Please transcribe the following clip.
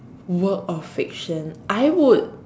work of fiction I would